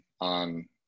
on